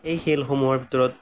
এই খেলসমূহৰ ভিতৰত